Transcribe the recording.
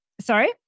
sorry